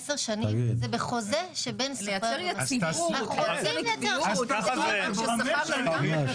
אנחנו ממש נייתר את הדיון בוועדה האחרת שצריכה לדון לגבי המסלולים.